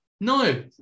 No